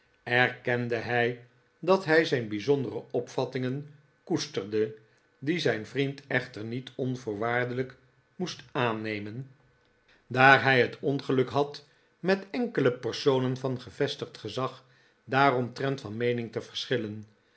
erkende hij dat hij zijn bijzondere opvattingen koesterde die zijn vriend echter niet onvoorwaardelijk moest aannemen daar maarten chuzzlewit hij het ongeluk had met enkele personen van gevestigd gezag daaromtrent van meening te verschillen